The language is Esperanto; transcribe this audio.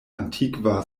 antikva